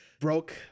broke